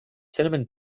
cinnamon